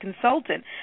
consultant